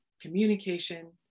communication